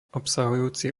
obsahujúci